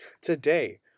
today